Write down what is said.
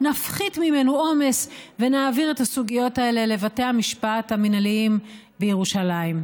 נפחית ממנו עומס ונעביר את הסוגיות האלה לבתי המשפט המינהליים בירושלים.